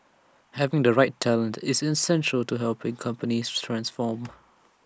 having the right talent is essential to helping companies transform